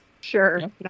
Sure